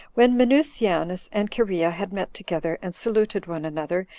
when minucianus and cherea had met together, and saluted one another,